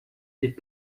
did